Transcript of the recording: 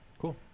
cool